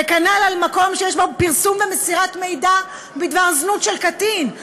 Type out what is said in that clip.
וכנ"ל מקום שיש בו פרסום ומסירת מידע בדבר זנות של קטין.